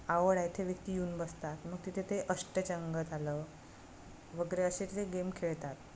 आवड आहे ते व्यक्ती येऊन बसतात मग तिथे ते अष्टचंग झालं वगैरे असे जे गेम खेळतात